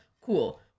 cool